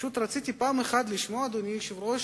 פשוט רציתי פעם אחת לשמוע, אדוני היושב-ראש,